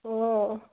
অঁ